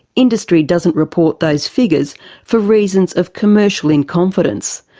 industry doesn't report those figures for reasons of commercial in confidence.